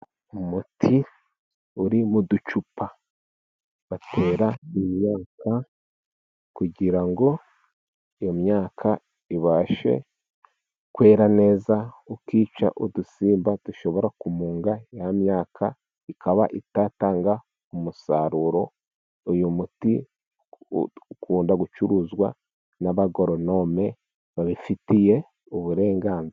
Umuti uri mu ducupa batera imyaka, kugira ngo iyo myaka ibashe kwera neza, ukica udusimba dushobora kumunga ya myaka ikaba itatanga umusaruro, uyu muti ukunda gucuruzwa n'abagoronome babifitiye uburenganzira.